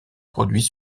produit